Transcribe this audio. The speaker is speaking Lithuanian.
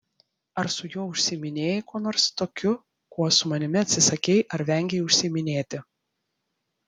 ar su juo užsiiminėjai kuo nors tokiu kuo su manimi atsisakei ar vengei užsiiminėti